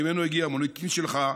שממנו הגיע המוניטין שלך,